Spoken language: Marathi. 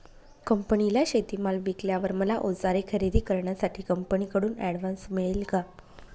कंपनीला शेतीमाल विकल्यावर मला औजारे खरेदी करण्यासाठी कंपनीकडून ऍडव्हान्स मिळेल का?